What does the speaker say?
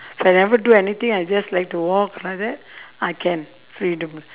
so I never do anything I just like to walk like that I can freedom